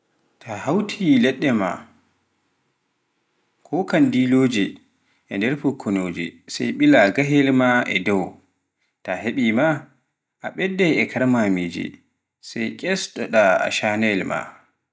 Taa hawti leɗɗe maa, ko kanndiloje, e nder pokkonoje, sai bila gaheyeel maa dow, taa heɓiy ma a ɓeddai e karmamije, sai kesɗo ɗa ashaanayeel ma.